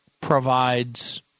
provides –